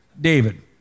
David